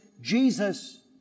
Jesus